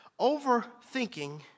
Overthinking